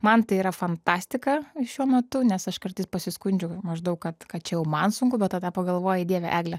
man tai yra fantastika šiuo metu nes aš kartais pasiskundžiu maždaug kad kad čia jau man sunku bet tada pagalvoji dieve egle